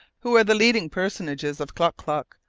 who are the leading personages of klock-klock.